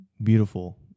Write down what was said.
beautiful